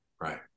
Right